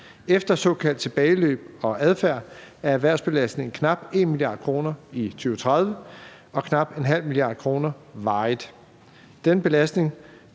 Efter såkaldt tilbageløb og adfærd er erhvervsbelastningen knap 1 mia. kr. i 2030 og knap 0,5 mia. kr. varigt; den belastning